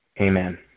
Amen